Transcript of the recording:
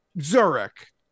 Zurich